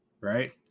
Right